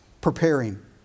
preparing